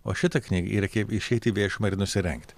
o šita knyga yra kaip išeit į viešumą ir nusirengti